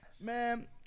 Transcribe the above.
Man